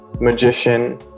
magician